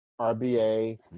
RBA